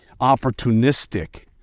Opportunistic